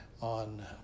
on